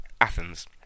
Athens